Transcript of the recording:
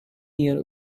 year